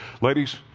ladies